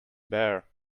bare